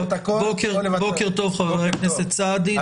בוקר טוב, חבר הכנסת סעדי.